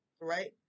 right